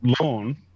loan